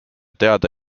teada